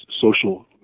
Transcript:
social